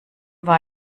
war